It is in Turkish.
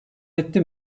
etti